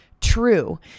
true